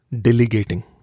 delegating